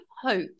hope